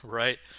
right